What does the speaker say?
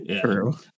True